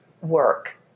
work